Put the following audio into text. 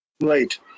Right